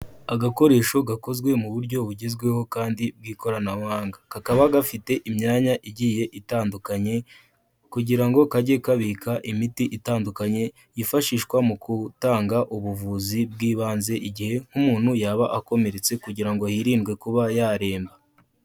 Agakoresho gakozwe mu buryo bugezweho kandi bw'ikoranabuhanga, kakaba gafite imyanya igiye itandukanye, kugira ngo kajye kabika imiti itandukanye, yifashishwa mu gutanga ubuvuzi bw'ibanze igihe nk'umuntu yaba akomeretse kugira ngo hirindwe kuba yaremba.